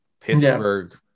Pittsburgh